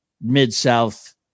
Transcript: mid-South